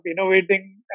innovating